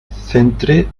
centre